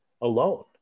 alone